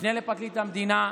המשנה לפרקליט המדינה,